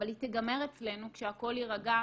אבל היא תיגמר אצלנו כשהכול יירגע,